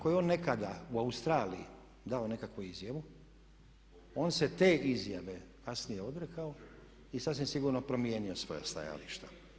Ako je on nekada u Australiji dao nekakvu izjavu, on se te izjave kasnije odrekao i sasvim sigurno promijenio svoja stajališta.